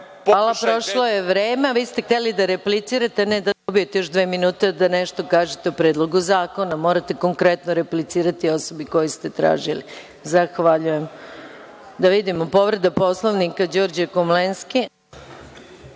Hvala, prošlo je vreme, a vi ste hteli da replicirate, ne da dobijete još dva minuta da nešto kažete o Predlogu zakona. Morate konkretno replicirati osobi kojoj ste tražili. Zahvaljujem. Reč ima narodni poslanik Đorđe Komlenski,